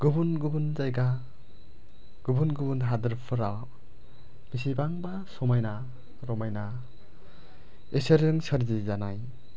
गुबुन गुबुन जायगा गुबुन गुबुन हादरफोराव बेसेबांबा समायना रमायना इसोरजों सोरजिजानाय